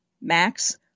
Max